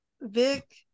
vic